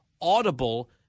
audible